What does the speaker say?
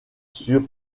sur